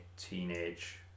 teenage